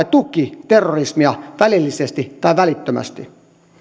tuki terrorismia välillisesti tai välittömästi